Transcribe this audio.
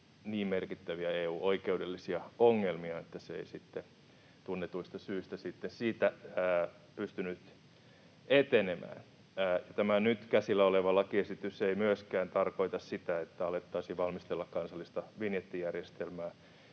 niin merkittäviä EU-oikeudellisia ongelmia, että se ei tunnetuista syistä sitten siitä pystynyt etenemään. Tämä nyt käsillä oleva lakiesitys ei myöskään tarkoita sitä, että alettaisiin valmistella kansallista vinjettijärjestelmää,